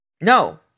No